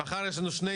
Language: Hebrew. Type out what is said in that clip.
הישיבה ננעלה בשעה